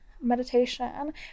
meditation